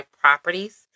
properties